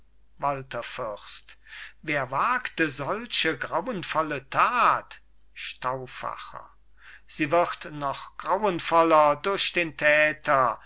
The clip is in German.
walther fürst wer wagte solche grauenvolle tat stauffacher sie wird noch grauenvoller durch den täter